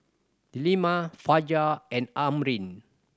Delima Fajar and Amrin